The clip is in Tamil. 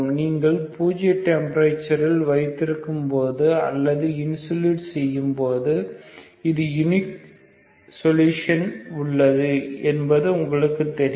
நீங்கள் பூஜ்ஜிய டெம்பரேச்சர் இல் வைத்திருக்கும்போது அல்லது இன்சல்யூட் செய்யும் போது யுனிக் சொல்யூஷன் உள்ளது என்பது உங்களுக்கு தெரியும்